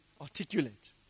articulate